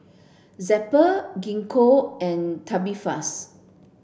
Zappy Gingko and Tubifast